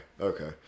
Okay